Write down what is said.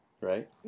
right